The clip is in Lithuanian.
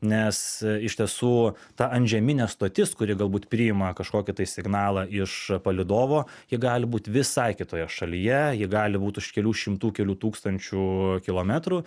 nes iš tiesų ta antžeminė stotis kuri galbūt priima kažkokį tai signalą iš palydovo ji gali būt visai kitoje šalyje ji gali būt už kelių šimtų kelių tūkstančių kilometrų